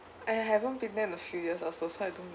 I haven't been there in a few years also so I don't really